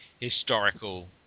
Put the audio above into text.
historical